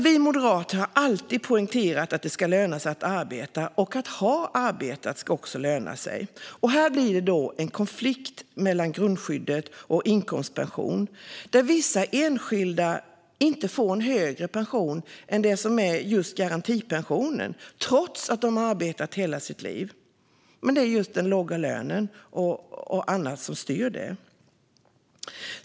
Vi moderater har alltid poängterat att det ska löna sig att arbeta, och det ska också löna sig att ha arbetat. Här blir det en konflikt mellan grundskyddet och inkomstpensionen, där vissa enskilda inte får en högre pension än garantipensionen trots att de arbetat hela sitt liv. Det är den låga lönen och annat som styr det.